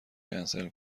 کنسل